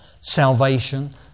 salvation